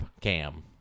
Cam